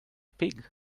pig